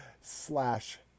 slash